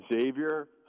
Xavier